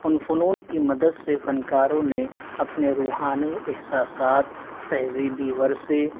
ان فنون کی مدد سے فنکاروں نے اپنے روحانی احساسات تہذیبی ورثے